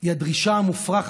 הוא הדרישה המופרכת,